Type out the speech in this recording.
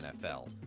NFL